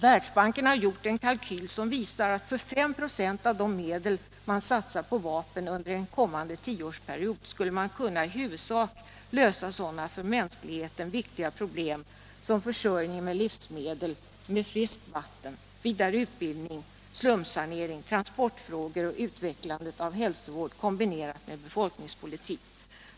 Världsbanken har gjort en kalkyl som visar att för 5 926 av de medel man satsar på vapen under en kommande tioårsperiod skulle man kunna i huvudsak lösa sådana för mänskligheten viktiga problem som försörjning med livsmedel och med friskt vatten, vidare utbildning, slumsanering, transportfrågor och utvecklandet av hälsovård kombinerad med befolkningspolitik.